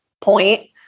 point